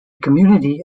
community